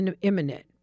imminent